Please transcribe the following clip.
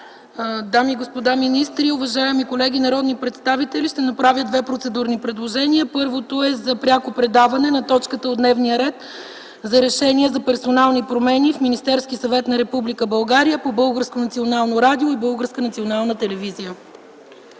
дами и господа министри, уважаеми колеги народни представители, ще направя две процедурни предложения. Първото е за пряко предаване на точката от дневния ред за Решение за персонални промени в Министерския съвет на Република България по Българското